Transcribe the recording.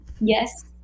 Yes